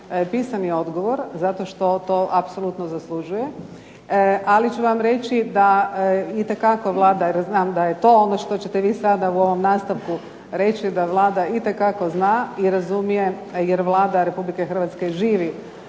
pisani odgovor zato što to apsolutno zaslužuje, ali ću vam reći da itekako Vlada jer znam da je to ono što ćete vi sada u ovom nastavku reći da Vlada itekako zna i razumije jer Vlada Republike Hrvatske živi